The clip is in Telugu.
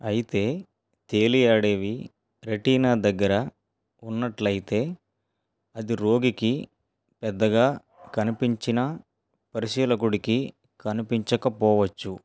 అయితే తేలియాడేవి రెటీనా దగ్గర ఉన్నట్లయితే అది రోగికి పెద్దగా కనిపించినా పరిశీలకుడికి కనిపించకపోవచ్చు